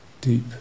Deep